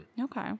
Okay